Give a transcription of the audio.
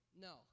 No